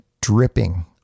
dripping